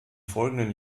folgenden